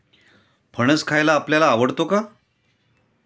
फणस खायला आपल्याला आवडतो का?